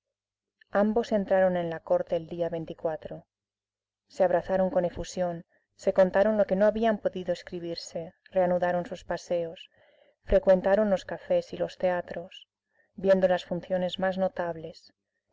ambos entraron en la corte el día se abrazaron con efusión se contaron lo que no habían podido escribirse reanudaron sus paseos frecuentaron los cafés y los teatros viendo las funciones más notables